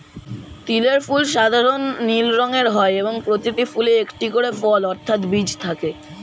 তিলের ফুল সাধারণ নীল রঙের হয় এবং প্রতিটি ফুলে একটি করে ফল অর্থাৎ বীজ থাকে